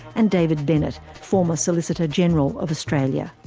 and david bennett, former solicitor-general of australia.